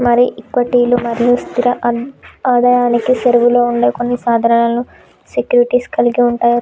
మరి ఈక్విటీలు మరియు స్థిర ఆదాయానికి సేరువలో ఉండే కొన్ని సాధనాలను సెక్యూరిటీస్ కలిగి ఉంటాయి అంట